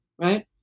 right